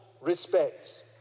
respects